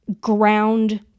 ground